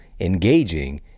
engaging